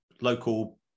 local